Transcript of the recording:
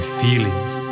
feelings